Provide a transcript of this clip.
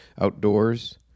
Outdoors